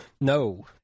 No